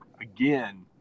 again